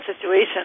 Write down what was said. situation